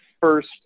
first